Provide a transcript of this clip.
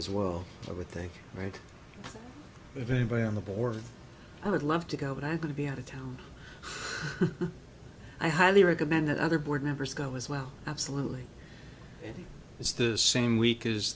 as well i would think right of a buy on the board i would love to go but i could be out of town i highly recommend that other board members go as well absolutely it's the same week is